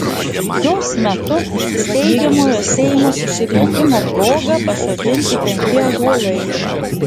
jos metu steigiamojo seimo susirinkimo proga pasodinti penki ąžuolai